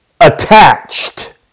attached